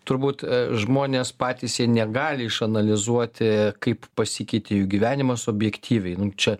turbūt žmonės patys jie negali išanalizuoti kaip pasikeitė jų gyvenimas objektyviai čia